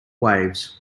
waves